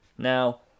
Now